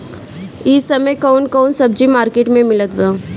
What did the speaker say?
इह समय कउन कउन सब्जी मर्केट में मिलत बा?